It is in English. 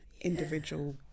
individual